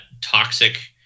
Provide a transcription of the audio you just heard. toxic